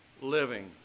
living